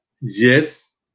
yes